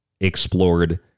explored